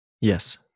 Yes